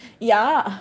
ya